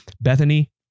Bethany